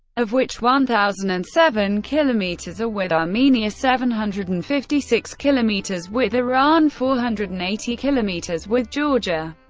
of which one thousand and seven kilometers are with armenia, seven hundred and fifty six kilometers with iran, four hundred and eighty kilometers with georgia,